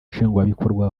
nshingwabikorwa